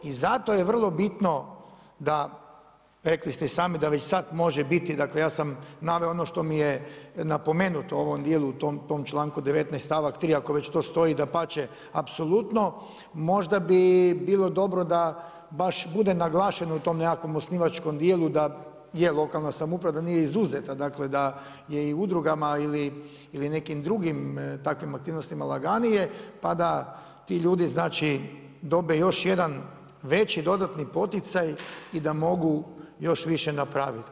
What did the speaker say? I zato je vrlo bitno da rekli ste i sami da već sada može biti, dakle ja sam naveo ono što mi je napomenuto u ovom dijelu u tom članku 19. stavak 3. ako već to stoji, dapače apsolutno, možda bi bilo dobro da baš bude naglašeno u tom nekakvom osnivačkom dijelu da je lokalna samouprava da nije izuzeta, da je i udrugama ili nekim drugim aktivnostima laganije pa da ti ljudi dobe još jedan veći dodatni poticaj i da mogu još više napraviti.